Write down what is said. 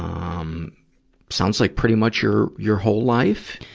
um um sounds like pretty much your, your whole life?